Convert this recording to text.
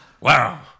Wow